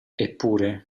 eppure